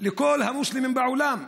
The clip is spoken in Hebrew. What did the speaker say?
לכל המוסלמים בעולם,